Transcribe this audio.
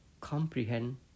comprehend